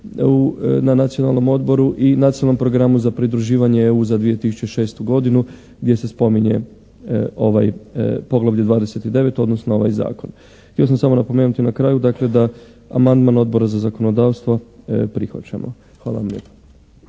na Nacionalnom odboru i Nacionalnom programu za pridruživanje u EU za 2006. godinu gdje se spominje poglavlje 29, odnosno ovaj zakon. Htio sam samo napomenuti na kraju, dakle da amandman Odbora za zakonodavstvo prihvaćamo. Hvala vam lijepa.